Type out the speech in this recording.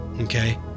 Okay